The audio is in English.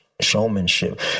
showmanship